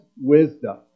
wisdom